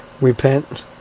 repent